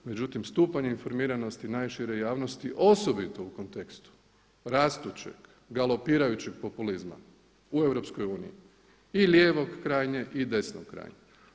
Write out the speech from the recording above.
Međutim stupanj informiranosti najšire javnosti, osobito u kontekstu rastućeg, galopirajućeg populizma u EU i lijevog krajnje i desno krajnje.